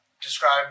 describe